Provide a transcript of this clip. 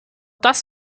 das